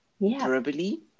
verbally